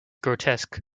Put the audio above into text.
grotesque